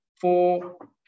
four